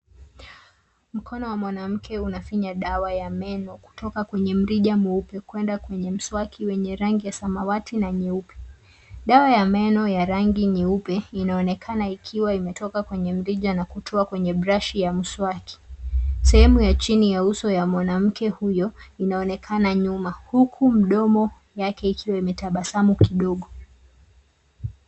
Mkono wa mwanamke unafinya dawa ya meno kutoka kwenye mrija mweupe kuenda kwenye mswaki wenye rangi ya samawati na nyeupe. Dawa ya meno ya rangi nyeupe inaonekana ikiwa imetoka kwenye mrija na kutoa kwenye brashi ya mswaki. Sehemu ya chini ya uso ya mwanamke huyo inaonekana nyuma huku mdomo yake ikiwa imetabasamu kidogo.